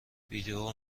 ویدئو